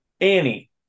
Annie